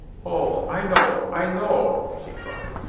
oh, i know, i know! she cried.